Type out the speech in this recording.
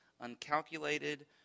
uncalculated